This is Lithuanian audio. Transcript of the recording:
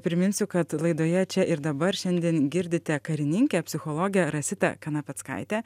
priminsiu kad laidoje čia ir dabar šiandien girdite karininkę psichologę rasitą kanapeckaitę